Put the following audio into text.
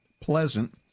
pleasant